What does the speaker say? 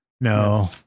No